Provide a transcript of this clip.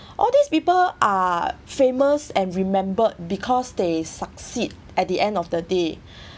all these people are famous and remembered because they succeed at the end of the day